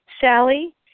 Sally